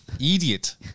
Idiot